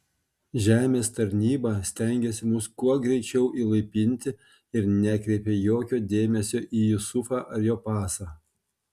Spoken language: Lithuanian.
žemės tarnyba stengėsi mus kuo greičiau įlaipinti ir nekreipė jokio dėmesio į jusufą ar jo pasą